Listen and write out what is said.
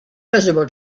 visible